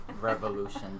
revolution